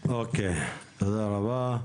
אוקיי, תודה רבה.